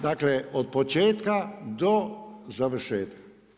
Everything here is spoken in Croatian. Dakle, od početka do završetka.